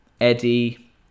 Eddie